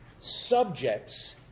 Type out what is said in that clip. subjects